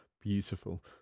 beautiful